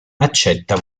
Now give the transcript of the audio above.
accetta